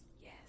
Yes